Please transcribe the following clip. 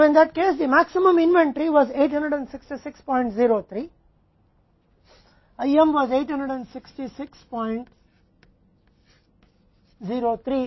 अब उस स्थिति में अधिकतम इन्वेंट्री 86603 थी IM 86603 था उस मामले में और उस मामले में कुल लागत 346610 थी